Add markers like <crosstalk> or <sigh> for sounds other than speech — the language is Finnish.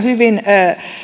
<unintelligible> hyvin